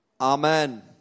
amen